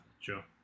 sure